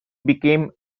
became